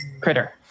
critter